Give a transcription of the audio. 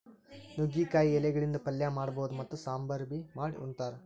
ನುಗ್ಗಿಕಾಯಿ ಎಲಿಗಳಿಂದ್ ಪಲ್ಯ ಮಾಡಬಹುದ್ ಮತ್ತ್ ಸಾಂಬಾರ್ ಬಿ ಮಾಡ್ ಉಂತಾರ್